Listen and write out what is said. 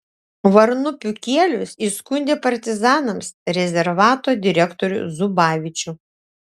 varnupių kielius įskundė partizanams rezervato direktorių zubavičių